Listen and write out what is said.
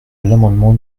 l’amendement